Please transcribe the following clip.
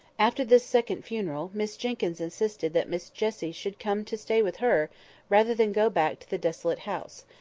after this second funeral, miss jenkyns insisted that miss jessie should come to stay with her rather than go back to the desolate house,